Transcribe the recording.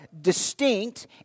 distinct